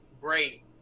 great